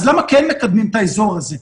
אז למה כן מקדמים את האזור הזה?